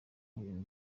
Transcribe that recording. ibintu